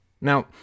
Now